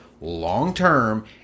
long-term